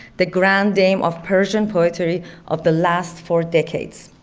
the grand dame of persian poetry of the last four decades.